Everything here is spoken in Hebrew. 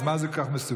אז מה זה כל כך מסוכן?